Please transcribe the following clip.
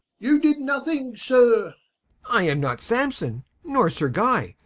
you did nothing sir i am not sampson, nor sir guy,